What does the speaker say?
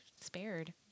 spared